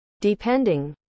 Depending